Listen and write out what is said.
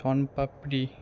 sonpapdi